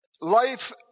Life